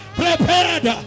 prepared